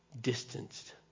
Distanced